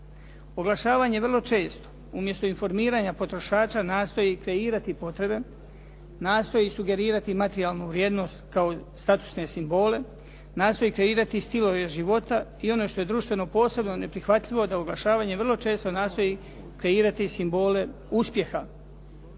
Oglašavanje vrlo često umjesto informiranja potrošača nastoji kreirati potrebe, nastoji sugerirati materijalnu vrijednost kao statusne simbole, nastoji kreirati stilove života i one što je društveno posebno neprihvatljivo da oglašavanje vrlo često nastoji kreirati simbole uspjeha.